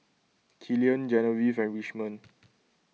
Killian Genevieve and Richmond